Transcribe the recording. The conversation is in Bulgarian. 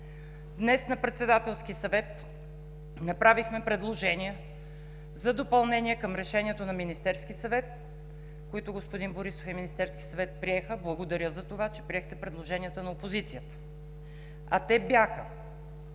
Днес на Председателски съвет направихме предложения за допълнение към Решението на Министерския съвет, които господин Борисов и Министерският съвет приеха. Благодаря, че приехте предложенията на опозицията. Те бяха: